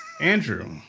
Andrew